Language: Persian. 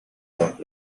راه